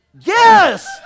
yes